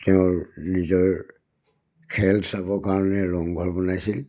তেওঁৰ নিজৰ খেল চাবৰ কাৰণে ৰংঘৰ বনাইছিল